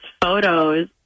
photos